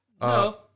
No